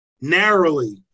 Narrowly